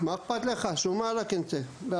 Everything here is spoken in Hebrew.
"מה אכפת לך?", בערבית.